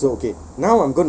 so so okay